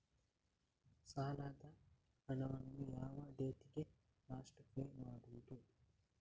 ಸಾಲದ ಹಣವನ್ನು ಯಾವ ಡೇಟಿಗೆ ಲಾಸ್ಟ್ ಪೇ ಮಾಡುವುದು?